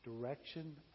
direction